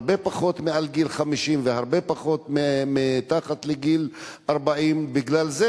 הרבה פחות מעל גיל 50 והרבה פחות מתחת לגיל 40. בגלל זה,